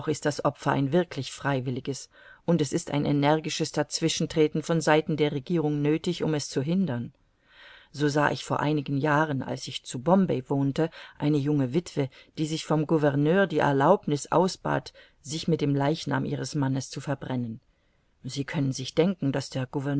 ist das opfer ein wirklich freiwilliges und es ist ein energisches dazwischentreten von seiten der regierung nöthig um es zu hindern so sah ich vor einigen jahren als ich zu bombay wohnte eine junge witwe die sich vom gouverneur die erlaubniß ausbat sich mit dem leichnam ihres mannes zu verbrennen sie können sich denken daß der